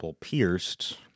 pierced